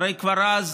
הרי כבר אז